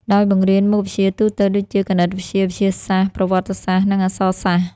ដោយបង្រៀនមុខវិជ្ជាទូទៅដូចជា គណិតវិទ្យា វិទ្យាសាស្ត្រ ប្រវត្តិសាស្ត្រ និងអក្សរសាស្ត្រ។